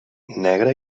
negre